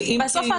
בסוף,